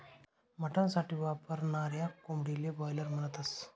mutton साठी वापरनाऱ्या कोंबडीले बायलर म्हणतस